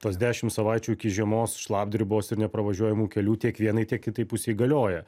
tos dešimt savaičių iki žiemos šlapdribos ir nepravažiuojamų kelių tiek vienai tiek kitai pusei galioja